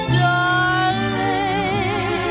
darling